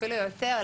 אפילו יותר,